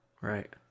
Right